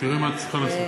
תראי מה את צריכה לעשות.